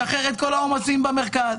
זה משחרר את כל העומסים במרכז,